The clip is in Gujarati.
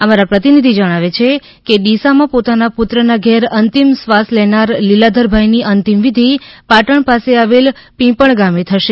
અમારા પ્રતિનિધિ જણાવે છે કે ડીસામાં પોતાના પુત્રના ઘેર અંતિમ શ્વાસ લેનાર લીલાધરભાઈની અંતિમ વિધિ પાટણ પાસે આવેલા પિંપળ ગામે થશે